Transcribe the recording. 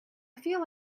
feel